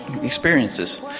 experiences